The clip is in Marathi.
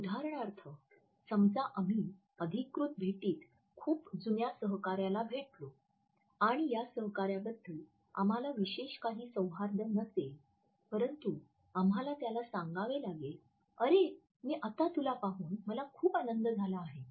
उदाहरणार्थ समजा आम्ही अधिकृत भेटीत खूप जुन्या सहकाऱ्याला भेटलो आणि या सहकाऱ्याबद्दल आम्हाला विशेष काही सौहार्द नसेल परंतु आम्हाला त्याला सांगावे लागेल "अरे मी आता तुला पाहून मला खूप आनंद झाला आहे"